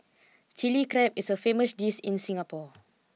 Chilli Crab is a famous dish in Singapore